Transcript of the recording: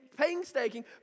painstaking